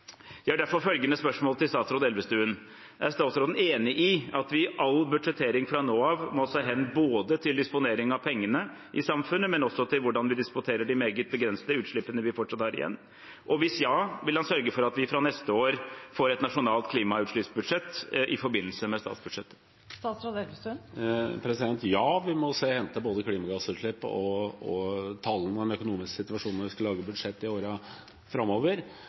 Jeg har derfor følgende spørsmål til statsråd Elvestuen: Er statsråden enig i at vi i all budsjettering fra nå av må se hen både til disponering av pengene i samfunnet, og også til hvordan vi disponerer de meget begrensede utslippene vi fortsatt har igjen? Og hvis ja – vil han sørge for at vi fra neste år får et nasjonalt klimautslippsbudsjett i forbindelse med statsbudsjettet? Ja, vi må se hen til både klimagassutslipp og tallene og den økonomiske situasjonen når vi skal lage budsjett i årene framover.